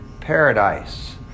paradise